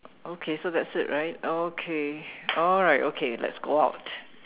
okay so that's it right okay alright okay let's go out